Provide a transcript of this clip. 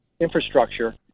infrastructure